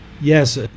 Yes